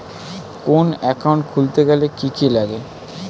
কোন একাউন্ট খুলতে গেলে কি কি লাগে?